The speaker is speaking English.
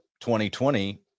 2020